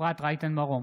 אפרת רייטן מרום,